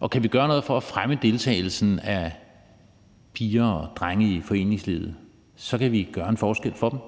og kan vi gøre noget for at fremme deltagelsen af piger og drenge i foreningslivet, så kan vi gøre en forskel for dem.